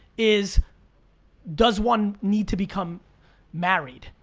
is does one need to become married,